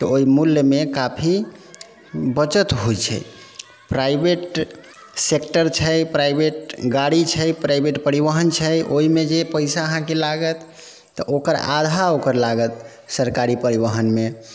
तऽ ओइ मूल्यमे काफी बचत होइ छै प्राइवेट सेक्टर छै प्राइवेट गाड़ी छै प्राइवेट परिवहन छै ओइमे जे पैसा अहाँके लागत तऽ ओकर आधा ओकर लागत सरकारी परिवहनमे